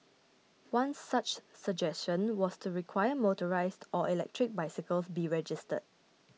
one such suggestion was to require motorised or electric bicycles be registered